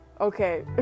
okay